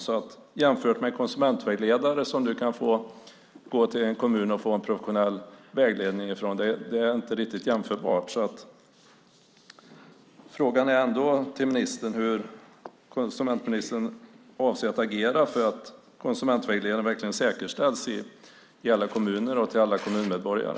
Det är inte riktigt jämförbart med en konsumentvägledare som du kan gå till i en kommun och få en professionell vägledning av. Därför är frågan ändå till ministern hur konsumentministern avser att agera för att konsumentvägledare verkligen säkerställs i alla kommuner och till alla kommunmedborgare.